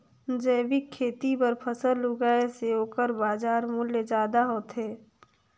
जैविक खेती बर फसल उगाए से ओकर बाजार मूल्य ज्यादा होथे